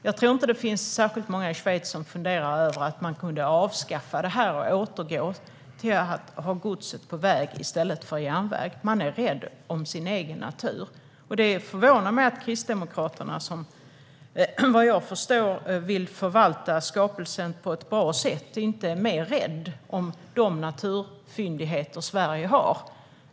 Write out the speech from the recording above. Jag tror inte att det finns så många i Schweiz som funderar på att avskaffa kilometerskatten och återgå till att transportera godset på väg i stället för på järnväg. Man är rädd om sin natur. Det förvånar mig att Kristdemokraterna, som såvitt jag förstår vill förvalta skapelsen på ett bra sätt, inte är mer rädda om de naturvärden som Sverige har.